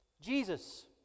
Jesus